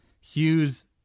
Hughes